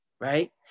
Right